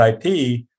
IP